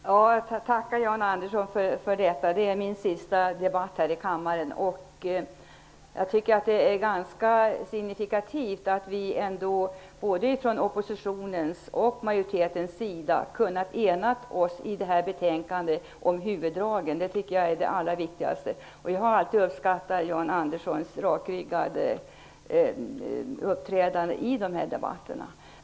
Herr talman! Jag tackar Jan Andersson för detta uttalande. Det är min sista debatt här i kammaren. Jag tycker att det är ganska signifikativt att vi från oppositionens och majoritetens sida har kunnat ena oss om huvuddragen i det här betänkandet. Det tycker jag är det allra viktigaste. Jag har alltid uppskattat Jan Anderssons rakryggade uppträdande i de här debatterna.